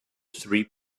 three